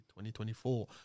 2024